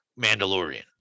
Mandalorian